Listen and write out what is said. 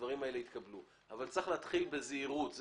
צריך להתחיל בזהירות,